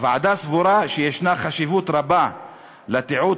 הוועדה סבורה שישנה חשיבות רבה לתיעוד